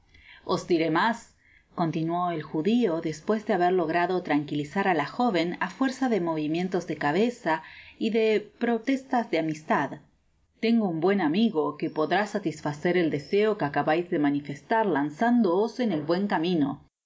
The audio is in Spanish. os diré mas continuó el judio despues de haber logrado tranquilizar á la joven á fuerza de movimientos de cabeza y de protestas de amistad tengo un buen amigo que podrá satisfacer el deseo que acabais de manifestar lanzándoos en el buen camino